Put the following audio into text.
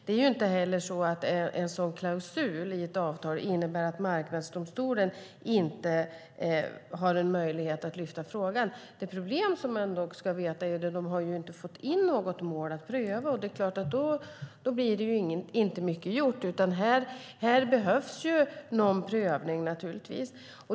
Det är inte heller så att en sådan klausul i ett avtal innebär att Marknadsdomstolen inte har möjlighet att lyfta frågan. Det problem som ändock finns är att de inte har fått in något mål att pröva. Då blir det inte mycket gjort, utan här behövs naturligtvis någon prövning.